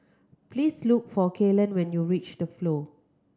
please look for Kaylen when you reach The Flow